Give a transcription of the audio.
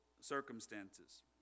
circumstances